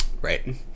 right